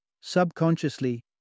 Subconsciously